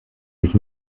sich